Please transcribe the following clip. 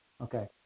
Okay